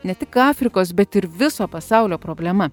ne tik afrikos bet ir viso pasaulio problema